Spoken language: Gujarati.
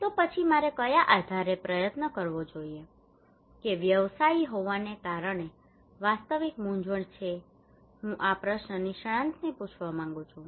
તો પછી મારે કયા આધારે પ્રયત્ન કરવો જોઈએ કે જે વ્યવસાયી હોવાને કારણે વાસ્તવિક મૂંઝવણ છે હું આ પ્રશ્ન નિષ્ણાતને પૂછવા માંગું છું